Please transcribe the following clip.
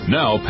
Now